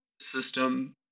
system